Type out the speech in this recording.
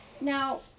Now